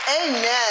Amen